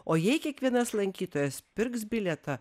o jei kiekvienas lankytojas pirks bilietą